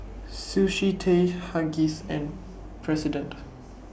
Sushi Tei Huggies and President